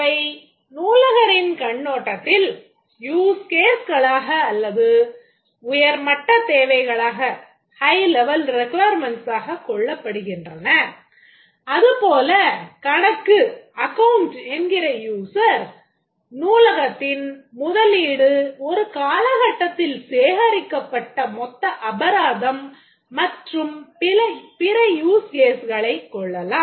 அவை நூலகரின் கண்ணோட்டத்தில் use case களாக அல்லது உயர்மட்டத் தேவைகளாகக் என்கிற user நூலகத்தின் முதலீடு ஒரு காலகட்டத்தில் சேகரிக்கப்பட்ட மொத்த அபராதம் மற்றும் பிற use case களைக் கொள்ளலாம்